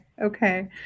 Okay